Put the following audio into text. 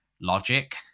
logic